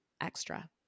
extra